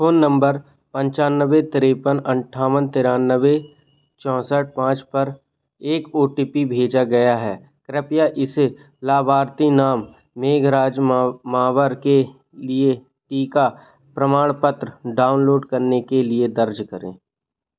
phone number नौ पाँच पाँच तीन पाँच आठ नौ तीन छः चार पाँच पर एक ओ टी पी भेजा गया है कृपया इसे लाभार्थी नाम मेघराज मावर के लिए टीका प्रमाणपत्र डाउनलोड करने के लिए दर्ज करें